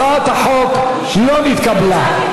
הצעת החוק לא נתקבלה.